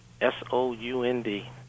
s-o-u-n-d